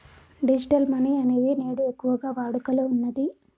digital money అనేది నేడు ఎక్కువగా వాడుకలో ఉన్నది